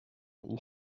will